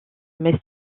messe